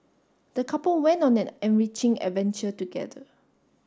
the couple went on an enriching adventure together